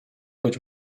być